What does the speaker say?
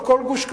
על כל גוש-קטיף,